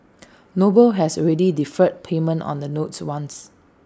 noble has already deferred payment on the notes once